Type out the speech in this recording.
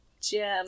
gem